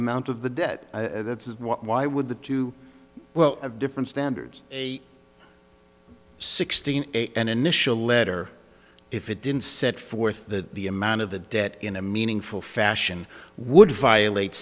amount of the debt that's why would the two well have different standards sixteen an initial letter if it didn't set forth that the amount of the debt in a meaningful fashion would violate